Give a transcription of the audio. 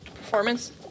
Performance